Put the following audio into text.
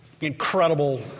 incredible